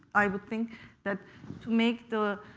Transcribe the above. i would think that to make the